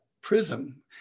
prism